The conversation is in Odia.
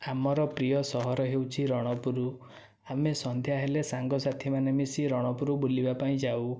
ଆମର ପ୍ରିୟ ସହର ହେଉଛି ରଣପୁର ଆମେ ସନ୍ଧ୍ୟା ହେଲେ ସାଙ୍ଗ ସାଥି ମାନେ ମିଶି ରଣପୁର ବୁଲିବା ପାଇଁ ଯାଉ